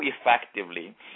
effectively